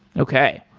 okay.